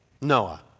Noah